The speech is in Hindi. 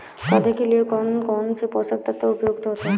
पौधे के लिए कौन कौन से पोषक तत्व उपयुक्त होते हैं?